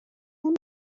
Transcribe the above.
اون